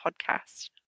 podcast